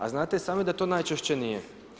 A znate i sami da to najčešće nije.